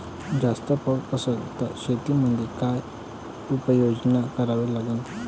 जास्त पाऊस असला त शेतीमंदी काय उपाययोजना करा लागन?